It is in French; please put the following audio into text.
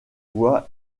voix